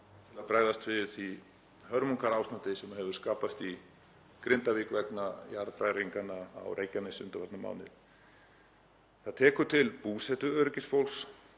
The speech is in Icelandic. til að bregðast við því hörmungarástandi sem hefur skapast í Grindavík vegna jarðhræringanna á Reykjanesi undanfarna mánuði. Það tekur til búsetuöryggi fólks.